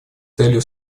целью